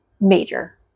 major